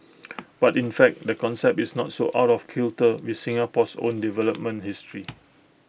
but in fact the concept is not so out of kilter with Singapore's own development history